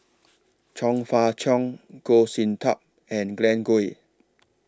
Chong Fah Cheong Goh Sin Tub and Glen Goei